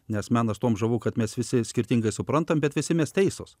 nes menas tuom žavu kad mes visi skirtingai suprantame bet visi mes teisūs